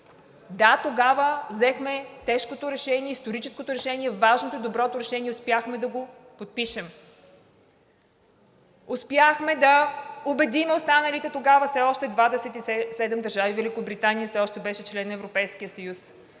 Да, тогава взехме тежкото решение, историческото решение, важното и доброто решение – успяхме да го подпишем. Успяхме да убедим останалите тогава все още 27 държави – Великобритания все още беше член на Европейския съюз,